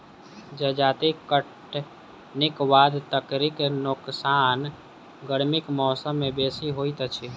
जजाति कटनीक बाद तरकारीक नोकसान गर्मीक मौसम मे बेसी होइत अछि